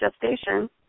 gestation